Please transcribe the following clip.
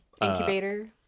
incubator